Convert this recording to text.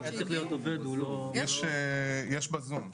יש בזום.